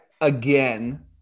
again